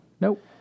Nope